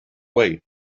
way